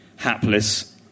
Hapless